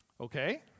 Okay